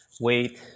weight